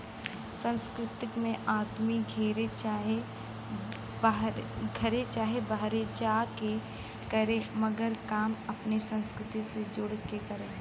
सांस्कृतिक में आदमी घरे चाहे बाहरे जा के करे मगर काम अपने संस्कृति से जुड़ के करे